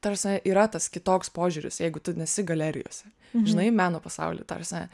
ta prasme yra tas kitoks požiūris jeigu tu nesi galerijose žinai meno pasauly ta prasme